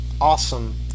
awesome